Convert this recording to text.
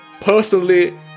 personally